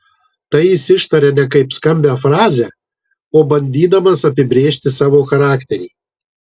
tai jis ištaria ne kaip skambią frazę o bandydamas apibrėžti savo charakterį